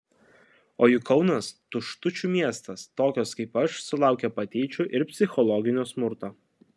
o juk kaunas tuštučių miestas tokios kaip aš sulaukia patyčių ir psichologinio smurto